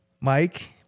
Mike